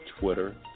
Twitter